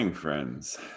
friends